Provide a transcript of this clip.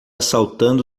saltando